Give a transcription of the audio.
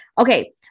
Okay